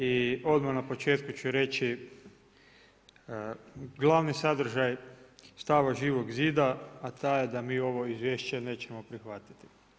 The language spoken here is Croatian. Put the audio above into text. I odmah na početku ću reći, glavni sadržaj stava Živog zida, a ta je da mi ovo izvješće nećemo prihvatit.